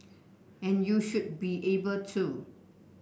and you should be able to